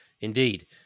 indeed